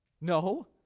No